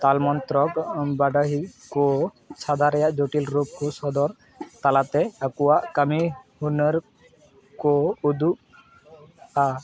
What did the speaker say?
ᱛᱟᱞ ᱢᱚᱱᱛᱨᱚᱠ ᱵᱟᱰᱟᱭ ᱦᱩᱭᱩᱜ ᱠᱚ ᱪᱷᱟᱸᱫᱟ ᱨᱮᱭᱟᱜ ᱡᱚᱴᱤᱞ ᱨᱩᱯ ᱠᱚ ᱥᱚᱫᱚᱨ ᱛᱟᱞᱟᱛᱮ ᱟᱠᱚᱣᱟᱜ ᱠᱟᱹᱢᱤ ᱦᱩᱱᱟᱹᱨ ᱠᱚ ᱩᱫᱩᱜᱼᱟ